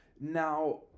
now